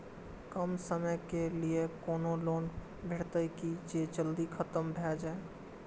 कम समय के लीये कोनो लोन भेटतै की जे जल्दी खत्म भे जे?